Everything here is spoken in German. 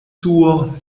sur